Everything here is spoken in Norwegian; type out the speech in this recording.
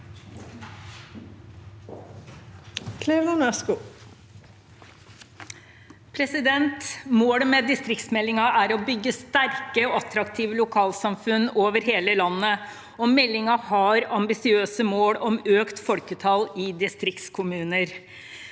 Målet med dis- triktsmeldingen er å bygge sterke og attraktive lokalsamfunn over hele landet, og meldingen har ambisiøse mål om økt folketall i distriktskommuner.